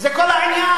זה כל העניין.